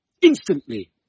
Instantly